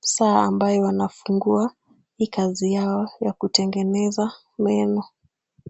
saa ambayo wanafungua hii kazi yao ya kutengeneza meno.